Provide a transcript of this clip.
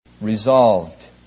resolved